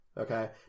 Okay